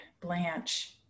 Blanche